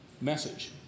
message